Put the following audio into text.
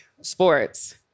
sports